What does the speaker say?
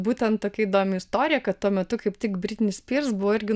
būtent tokia įdomi istorija kad tuo metu kaip tik britni spirs buvo irgi